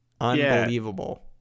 unbelievable